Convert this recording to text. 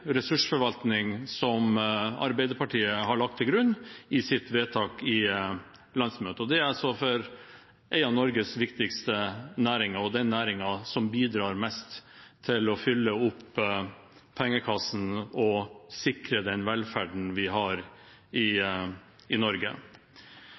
ressursforvaltning Arbeiderpartiet har lagt til grunn i sitt vedtak på landsmøtet for en av Norges viktigste næringer, og den næringen som bidrar mest til å fylle opp pengekassen og sikre den velferden vi har i